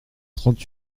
trente